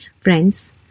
Friends